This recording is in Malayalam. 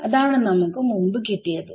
അതാണ് നമുക്ക് മുമ്പ് കിട്ടിയത്